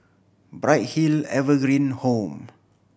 Bright Hill Evergreen Home